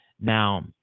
Now